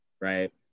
right